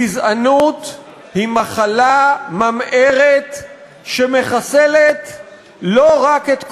גזענות היא מחלה ממארת שמחסלת לא רק את קורבנותיה.